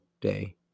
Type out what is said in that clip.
day